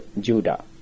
Judah